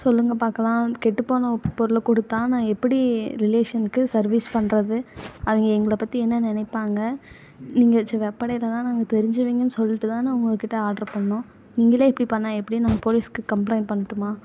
சொல்லுங்கள் பார்க்கலாம் கெட்டுப்போன பொருளை கொடுத்தா நான் எப்படி ரிலேஷனுக்கு சர்வீஸ் பண்ணுறது அவங்க எங்களை பற்றி என்ன நினைப்பாங்க நீங்கள் வெப்படையில் தான் நாங்கள் தெரிஞ்சவங்கன்னு சொல்லிவிட்டு தானே நான் உங்கக்கிட்டே ஆட்ரு பண்ணோம் நீங்கள் இப்படி பண்ணால் எப்படி நான் போலீஸுக்கு கம்ப்ளைண்ட் பண்ணட்டுமா